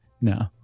No